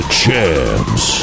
champs